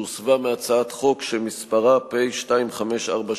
שהוסבה מהצעת חוק שמספרה פ/2543/18.